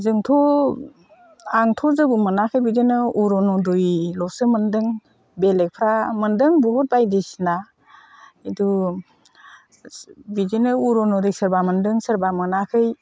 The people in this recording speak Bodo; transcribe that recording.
जोंथ' आंथ' जेबो मोनाखै बिदिनो अरुन'दयल'सो मोन्दों बेलेगफ्रा मोन्दों बहुद बायदिसिना बिदिनो अरुन'दय सोरबा मोन्दों सोरबा मोनाखै